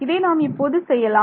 இதை நாம் இப்போது செய்யலாம்